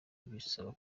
bisaba